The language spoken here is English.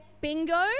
bingo